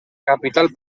capital